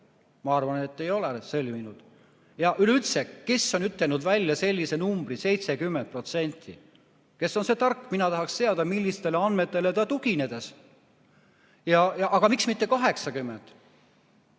Ma arvan, et ei ole sõlminud. Ja üleüldse, kes on ütelnud välja sellise numbri nagu 70%? Kes on see tark? Mina tahaksin teada, millistele andmetele ta tugines. Aga miks mitte 80?